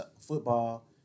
football